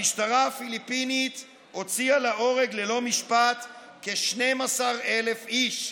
המשטרה הפיליפינית הוציאה להורג ללא משפט כ-12,000 איש.